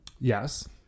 Yes